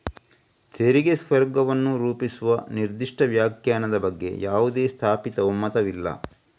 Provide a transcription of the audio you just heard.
ತೆರಿಗೆ ಸ್ವರ್ಗವನ್ನು ರೂಪಿಸುವ ನಿರ್ದಿಷ್ಟ ವ್ಯಾಖ್ಯಾನದ ಬಗ್ಗೆ ಯಾವುದೇ ಸ್ಥಾಪಿತ ಒಮ್ಮತವಿಲ್ಲ